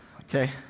Okay